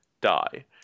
die